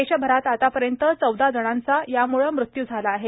देशभरात आतापर्यंत चौदा जणांचा यामुळे मृत्यू झाला आहे